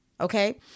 Okay